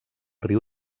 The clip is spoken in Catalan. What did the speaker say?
riu